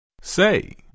Say